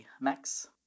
max